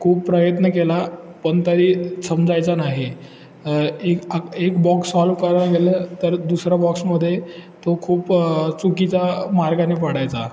खूप प्रयत्न केला पण तरी समजायचा नाही एक बॉक्स सॉल्व करायला गेलं तर दुसरा बॉक्समध्ये तो खूप चुकीच्या मार्गाने पडायचा